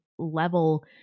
level